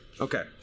Okay